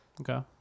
Okay